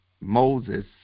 Moses